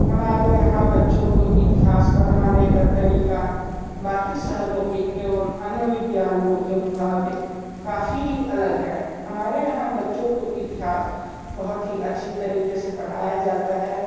हमारे यहाँ बच्चों को इतिहास पढ़ाने का तरीक़ा बाक़ी शहरों के एवं अन्य विद्यालयों के मुक़ाबले काफ़ी अलग है हमारे यहाँ बच्चों को इतिहास बहुत ही अच्छी तरीक़े से पढ़ाया जाता है